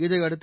இதையடுத்து